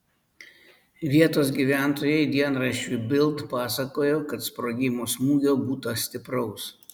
vietos gyventojai dienraščiui bild pasakojo kad sprogimo smūgio būta stipraus